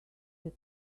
that